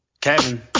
Kevin